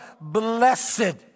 blessed